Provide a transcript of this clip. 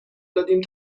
دادیم